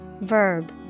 verb